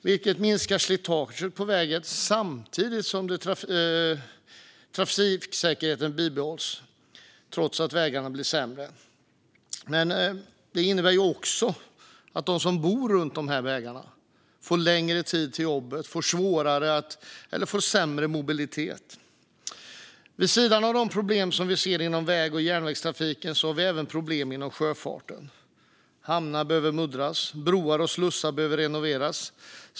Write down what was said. Det minskar slitaget på vägarna samtidigt som trafiksäkerheten bibehålls trots att vägarna blir sämre. Men det innebär också att det tar längre tid att komma till jobbet för dem som bor runt dessa vägar. De får sämre mobilitet. Vid sidan av de problem som vi ser inom väg och järnvägstrafiken har vi även problem inom sjöfarten. Hamnar behöver muddras. Broar och slussar behöver renoveras.